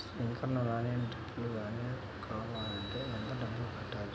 Sprinkler కానీ డ్రిప్లు కాని కావాలి అంటే ఎంత డబ్బులు కట్టాలి?